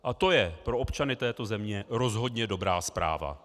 A to je pro občany této země rozhodně dobrá zpráva.